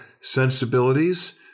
sensibilities